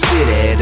City